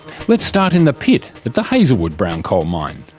let's start in the pit at the hazelwood brown coal mine,